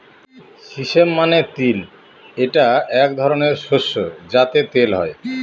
sesame মানে তিল এটা এক ধরনের শস্য যাতে তেল হয়